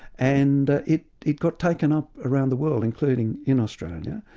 and it it got taken up around the world, including in australia.